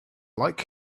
like